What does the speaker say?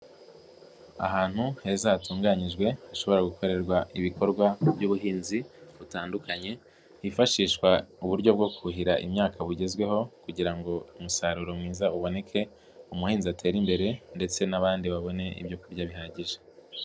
Ahantu heza hatunganyijwe, hashobora gukorerwa ibikorwa by'ubuhinzi butandukanye, hifashishwa uburyo bwo kuhira imyaka bugezweho kugira ngo umusaruro mwiza uboneke, umuhinzi atere imbere ndetse n'abandi babone ibyo kurya bihagije.